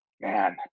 man